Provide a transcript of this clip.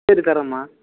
செய்து தரோம் மா